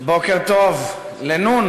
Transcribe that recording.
בוקר טוב לנ'.